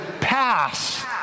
pass